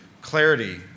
clarity